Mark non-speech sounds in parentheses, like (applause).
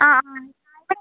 ആ ആ (unintelligible)